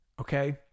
Okay